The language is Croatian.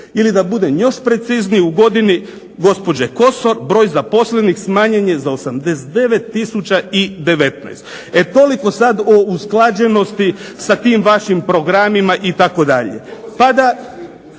ili da budem još precizniji, u godini gospođe Kosor broj zaposlenih smanjen je za 89 tisuća i 19. E toliko sad o usklađenosti sa tim vašim programima itd. Pada…